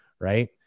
right